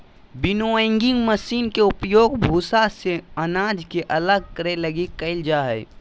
winnowing machine के उपयोग भूसा से अनाज के अलग करे लगी कईल जा हइ